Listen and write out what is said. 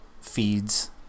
feeds